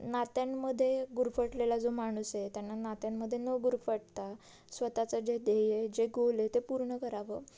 नात्यांमध्ये गुरफटलेला जो माणूस आहे त्यांना नात्यांमध्ये न गुरफटता स्वतःचं जे देय जे गोल आहे ते पूर्ण करावं